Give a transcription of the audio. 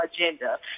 agenda